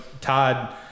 Todd